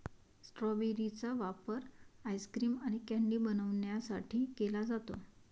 strawberry चा वापर ice cream आणि कँडी बनवण्यासाठी केला जातो